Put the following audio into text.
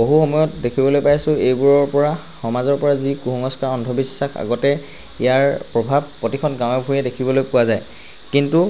বহু সময়ত দেখিবলৈ পাইছোঁ এইবোৰৰ পৰা সমাজৰপৰা যি কুসংস্কাৰ অন্ধবিশ্বাস আগতে ইয়াৰ প্ৰভাৱ প্ৰতিখন গাঁৱে ভূঁয়ে দেখিবলৈ পোৱা যায় কিন্তু